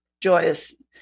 joyous